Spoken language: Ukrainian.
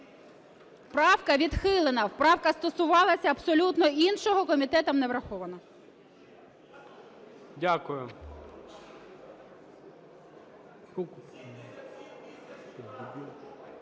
Правка відхилена. Правка стосувалася абсолютно іншого, комітетом не врахована.